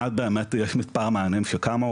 מאז באמת יש מספר מענים שקמו.